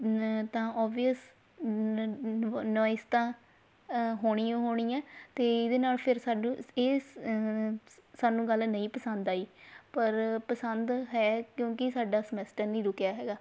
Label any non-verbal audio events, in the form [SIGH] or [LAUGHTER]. ਤਾਂ obvious [UNINTELLIGIBLE] noise ਤਾਂ ਹੋਣੀ ਓ ਹੋਣੀ ਹੈ ਅਤੇ ਇਹਦੇ ਨਾਲ ਫਿਰ ਸਾਨੂੰ ਇਹ ਸ ਸਾਨੂੰ ਗੱਲ ਨਹੀਂ ਪਸੰਦ ਆਈ ਪਰ ਪਸੰਦ ਹੈ ਕਿਉਂਕਿ ਸਾਡਾ ਸਮੈਸਟਰ ਨਹੀਂ ਰੁਕਿਆ ਹੈਗਾ